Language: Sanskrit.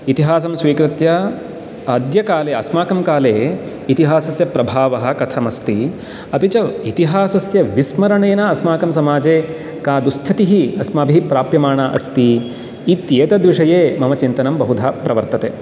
इतिहासं स्वीकृत्य अद्यकाले अस्माकं काले इतिहासस्य प्रभावः कथमस्ति अपि च इतिहासस्य विस्मरणेन अस्माकं समाजे का दुस्थितिः अस्माभिः प्राप्यमाणा अस्ति इत्येतद्विषये मम चिन्तनं बहुधा प्रवर्तते